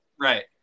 Right